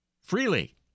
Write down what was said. freely